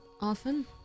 often